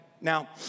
Now